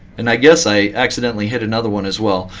and i guess i accidentally hit another one as well.